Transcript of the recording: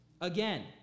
Again